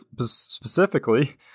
Specifically